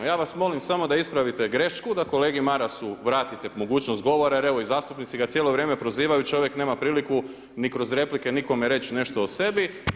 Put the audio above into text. Ja vas molim samo da ispravite grešku da kolegi Marasu vratite mogućnost govora jer evo i zastupnici ga cijelo vrijeme prozivaju, čovjek nema priliku ni kroz replike nikome reći nešto o sebi.